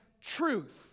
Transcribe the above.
truth